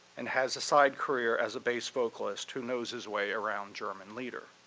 and has a side career as a bass vocalist who knows his way around german lieder.